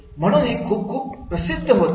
म्हणून हे खूप खूप प्रसिद्ध करत आहेत